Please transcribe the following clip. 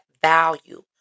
value